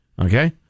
okay